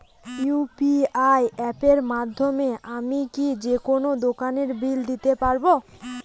UPI অ্যাপের মাধ্যমে আমি কি যেকোনো দোকানের বিল দিতে পারবো?